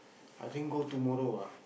I think go tomorrow ah